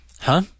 Huh